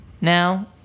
Now